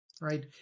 right